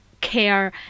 care